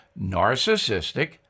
narcissistic